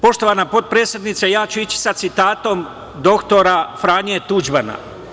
Poštovana potpredsednice, ja ću ići sa citatom dr Franje Tuđmana.